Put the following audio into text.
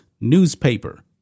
newspaper